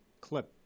clip